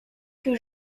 que